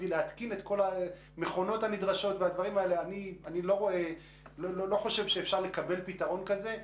להתקין את כל המכונות הנדרשים וכו' אני לא חושב שאפשר לקבל פתרון כזה.